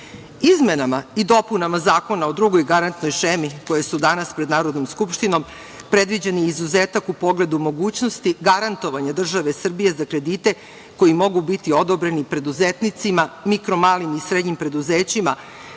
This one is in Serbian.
država. Izmenama i dopunama Zakona o drugoj garantnoj šemi koje su danas pred Narodnom skupštinom predviđen je izuzetak u pogledu mogućnost garantovanja države Srbije za kredite koji mogu biti odobreni preduzetnicima, mikro, malim i srednjim preduzećima